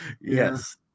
Yes